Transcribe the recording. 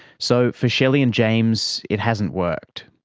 so, for shelley and james, it hasn't worked.